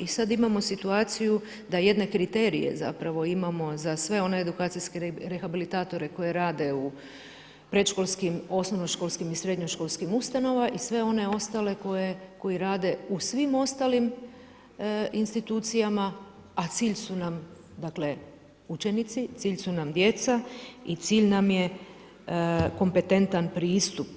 I sad imamo situaciju da jedne kriterije, zapravo, imamo za sve one edukacijske rehabilitatore koji rade u predškolskim, osnovnoškolskim i srednjoškolskim ustanovama i sve one ostale koji rade u svim ostalim institucijama, a cilj su nam, dakle, učenici, cilj su nam djeca i cilj nam je kompetentan pristup